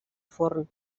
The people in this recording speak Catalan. forn